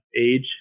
age